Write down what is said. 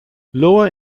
lower